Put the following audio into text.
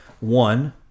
One